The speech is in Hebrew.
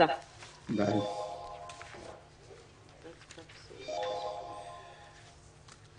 הישיבה ננעלה בשעה 11:14.